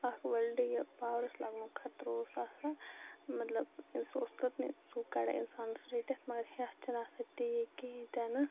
اَکھ وُلٹہٕ یہِ پاورَس لَگنُک خطرٕ اوس آسان مطلب سُہ اوس تٔتۍنٕے زوٗ کڑان اِنسانَس رٔٹِتھ مگر ہٮ۪س چھِنہٕ آسان تیٖتۍ کِہیٖنۍ تِنہٕ